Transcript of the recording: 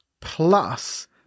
Plus